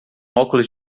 óculos